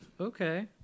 okay